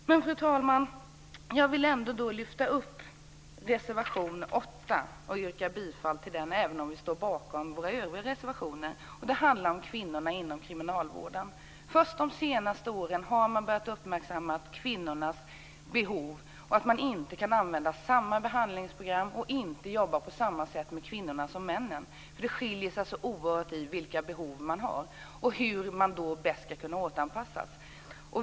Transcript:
Fru talman! Jag vill lyfta upp reservation 8. Jag yrkar bifall till den, även om vi också står bakom våra övriga reservationer. Det handlar om kvinnorna inom kriminalvården. Först under de senaste åren har man börjat uppmärksamma kvinnornas behov, och att man inte kan använda samma behandlingsprogram och inte jobba på samma sätt med kvinnorna som med männen, för det skiljer sig så oerhört när det gäller vilka behov man har och hur man bäst ska kunna återanpassas.